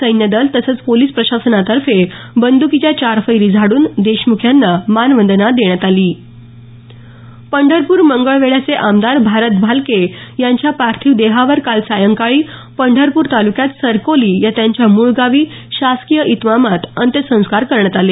सैन्य दल तसंच पोलीस प्रशासनातर्फे बंद्कीच्या चार फैरी झाडून देशमुख यांना मानवंदना देण्यात आली पंढरपूर मंगळवेढ्याचे आमदार भारत भालके यांच्या पार्थिव देहावर काल सायंकाळी पंढरपूर तालुक्यात सरकोली या त्यांच्या मूळ गावी शासकीय इतमामात अंत्यसंस्कार करण्यात आले